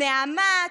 נעמת,